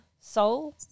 soul